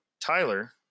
tyler